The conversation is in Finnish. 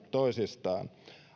toisistaan